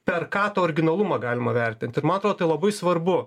per ką tą originalumą galima vertinti ir man atrodo tai labai svarbu